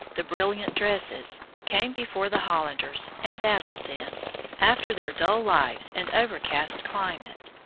the brilliant dresses, came before the hollanders and dazzled them after their dull lives and overcast climate.